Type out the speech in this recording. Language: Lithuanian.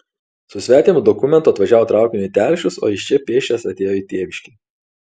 su svetimu dokumentu atvažiavo traukiniu į telšius o iš čia pėsčias atėjo į tėviškę